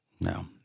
No